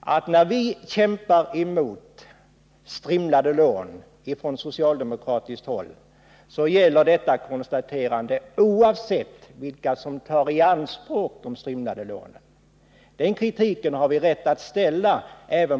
att vi socialdemokrater är helt emot strimlade lån; detta oavsett vilka som tar de strimlade lånen i anspråk.